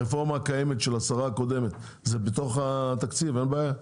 הרפורמה הקיימת של השרה הקודמת זה בתוך התקציב אין בעיה?